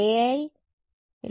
విద్యార్థి